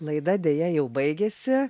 laida deja jau baigėsi